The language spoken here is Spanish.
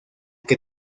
que